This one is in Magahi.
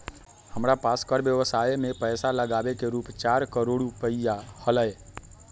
हमरा पास कर व्ययवसाय में पैसा लागावे के रूप चार करोड़ रुपिया हलय